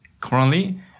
currently